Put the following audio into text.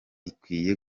ikwiye